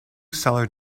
cellar